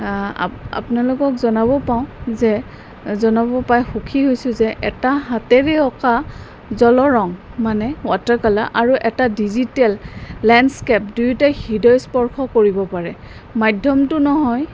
আপোনালোকক জনাব পাওঁ যে জনাব পাই সুখী হৈছোঁ যে এটা হাতেৰে অঁকা জল ৰং মানে ৱাটাৰ কালাৰ আৰু এটা ডিজিটেল লেণ্ডস্কেপ দুয়োটাই হৃদয়স্পৰ্শ কৰিব পাৰে মাধ্যমটো নহয়